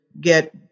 get